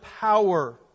power